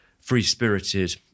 free-spirited